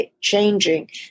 changing